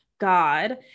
God